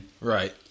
Right